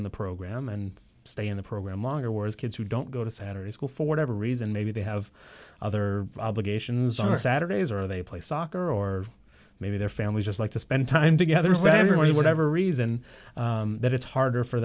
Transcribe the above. in the program and stay in the program longer words kids who don't go to saturday school for whatever reason maybe they have other obligations on saturdays or they play soccer or maybe their families just like to spend time together so everybody whatever reason that it's harder for